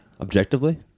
Objectively